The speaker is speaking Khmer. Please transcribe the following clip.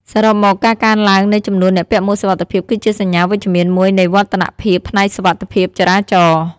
សរុបមក ការកើនឡើងនៃចំនួនអ្នកពាក់មួកសុវត្ថិភាព គឺជាសញ្ញាវិជ្ជមានមួយនៃវឌ្ឍនភាពផ្នែកសុវត្ថិភាពចរាចរណ៍។